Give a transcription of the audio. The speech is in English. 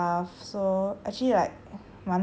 eat and stuff so actually like